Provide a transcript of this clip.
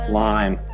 lime